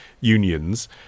unions